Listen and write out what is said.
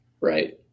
Right